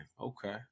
Okay